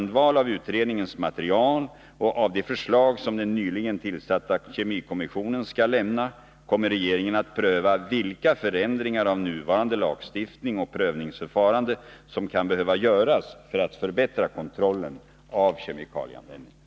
På grundval av utredningens material och av de förslag som den nyligen tillsatta kemikommissionen skall lämna kommer regeringen att pröva vilka förändringar av nuvarande lagstiftning och prövningsförfarande som kan behöva göras för att förbättra kontrollen av kemikalieanvändningen.